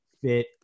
fit